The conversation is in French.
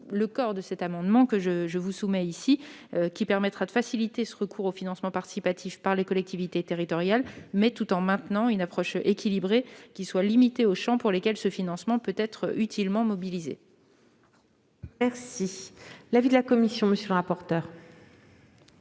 l'objet de l'amendement que je vous soumets. Il permettra de faciliter le recours au financement participatif par les collectivités territoriales, tout en maintenant une approche équilibrée, limitée aux champs pour lesquels ce financement peut être utilement mobilisé. Quel est l'avis de la commission des finances